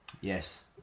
yes